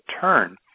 turn